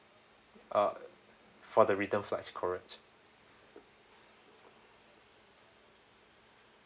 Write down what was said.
uh for the return flights correct